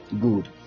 good